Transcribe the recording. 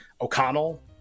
O'Connell